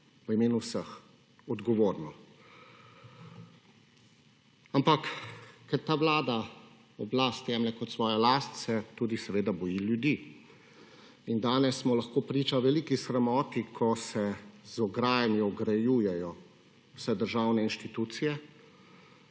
v imenu vseh odgovorno. Ampak ker ta Vlada oblast jemlje kot svojo last, se tudi seveda boji ljudi. In danes smo lahko priča veliki sramoti, ko se z ograjami ograjujejo vse državne inštitucije,